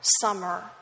summer